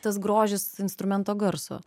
tas grožis instrumento garso